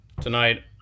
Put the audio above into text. tonight